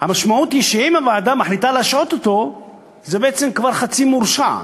המשמעות היא שאם הוועדה מחליטה להשעות אותו זה בעצם כבר חצי מורשע,